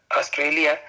australia